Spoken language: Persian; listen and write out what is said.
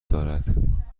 دارد